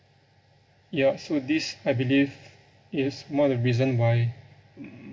ya so this I believe is one of the reason why